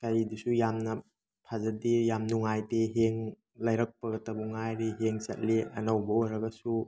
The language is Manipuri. ꯀꯔꯤꯗꯨꯁꯨ ꯌꯥꯝꯅ ꯐꯖꯗꯦ ꯌꯥꯝ ꯅꯨꯡꯉꯥꯏꯇꯦ ꯍꯦꯡ ꯂꯩꯔꯛꯄꯒꯇꯕꯨ ꯉꯥꯏꯔꯤ ꯍꯦꯡ ꯆꯠꯂꯤ ꯑꯅꯧꯕ ꯑꯣꯏꯔꯒꯁꯨ